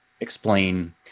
explain